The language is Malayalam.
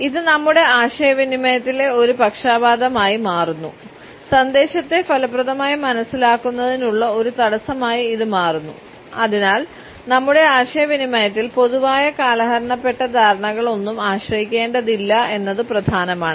ഇത് നമ്മുടെ ആശയവിനിമയത്തിലെ ഒരു പക്ഷപാതമായി മാറുന്നു സന്ദേശത്തെ ഫലപ്രദമായി മനസ്സിലാക്കുന്നതിനുള്ള ഒരു തടസ്സമായി ഇത് മാറുന്നു അതിനാൽ നമ്മുടെ ആശയവിനിമയത്തിൽ പൊതുവായ കാലഹരണപ്പെട്ട ധാരണകളൊന്നും ആശ്രയിക്കേണ്ടതില്ല എന്നത് പ്രധാനമാണ്